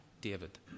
David